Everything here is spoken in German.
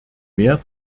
mehr